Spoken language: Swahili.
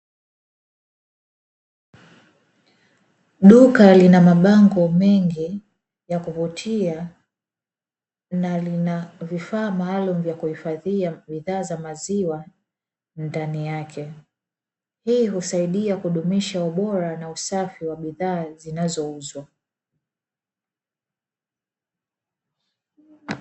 Duka lina mabango mengi ya kuvutia na lina vifaa maalumu vya kuhifadhia bidhaa za maziwa ndani yake. Hii husaidia kudumisha ubora na usafi wa bidhaa zinazouzwa.